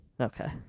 Okay